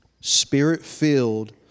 spirit-filled